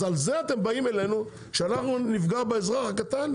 על זה אתם באים אלינו כדי שאנחנו נפגע באזרח הקטן?